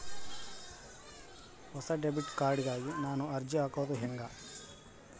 ಹೊಸ debit card ಗಾಗಿ ನಾನು ಅರ್ಜಿ ಹಾಕೊದು ಹೆಂಗ?